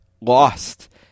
lost